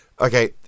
okay